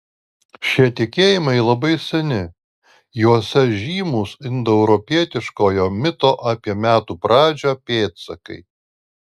šie tikėjimai labai seni juose žymūs indoeuropietiškojo mito apie metų pradžią pėdsakai